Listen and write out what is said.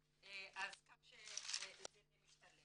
עם קהילת יוצאי אתיופיה, כך שזה משתלב.